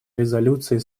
резолюции